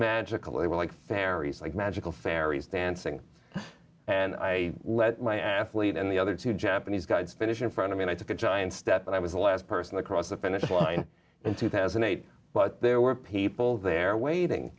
magical they were like fairies like magical fairies dancing and i let my athlete and the other two japanese guys finish in front of me i took a giant step and i was the last person to cross the finish line is two thousand and eight but there were people there waiting